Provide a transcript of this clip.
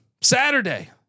Saturday